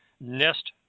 nest